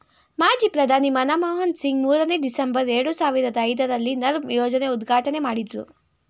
ಮಾಜಿ ಪ್ರಧಾನಿ ಮನಮೋಹನ್ ಸಿಂಗ್ ಮೂರನೇ, ಡಿಸೆಂಬರ್, ಎರಡು ಸಾವಿರದ ಐದರಲ್ಲಿ ನರ್ಮ್ ಯೋಜನೆ ಉದ್ಘಾಟನೆ ಮಾಡಿದ್ರು